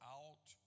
out